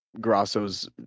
Grasso's